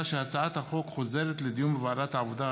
שהצעת החוק חוזרת לדיון בוועדת העבודה,